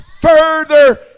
further